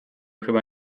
chyba